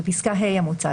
בפסקה (ה) המוצעת,